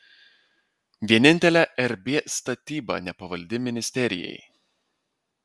vienintelė rb statyba nepavaldi ministerijai